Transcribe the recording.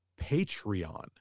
Patreon